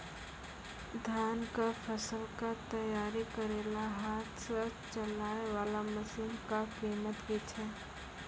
धान कऽ फसल कऽ तैयारी करेला हाथ सऽ चलाय वाला मसीन कऽ कीमत की छै?